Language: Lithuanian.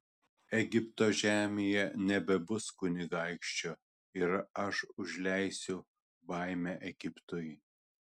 egipto žemėje nebebus kunigaikščio ir aš užleisiu baimę egiptui